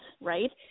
right